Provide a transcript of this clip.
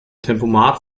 tempomat